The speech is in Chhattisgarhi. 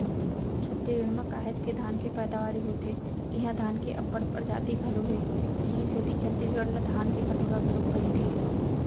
छत्तीसगढ़ म काहेच के धान के पैदावारी होथे इहां धान के अब्बड़ परजाति घलौ हे इहीं सेती छत्तीसगढ़ ला धान के कटोरा घलोक कइथें